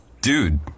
dude